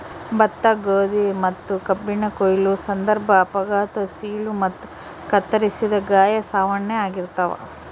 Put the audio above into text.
ಭತ್ತ ಗೋಧಿ ಮತ್ತುಕಬ್ಬಿನ ಕೊಯ್ಲು ಸಂದರ್ಭ ಅಪಘಾತ ಸೀಳು ಮತ್ತು ಕತ್ತರಿಸಿದ ಗಾಯ ಸಾಮಾನ್ಯ ಆಗಿರ್ತಾವ